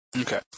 okay